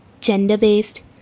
gender-based